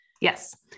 Yes